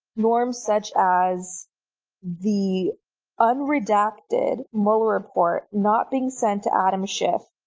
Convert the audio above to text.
norms such as the unredacted mueller report not being sent to adam schiff,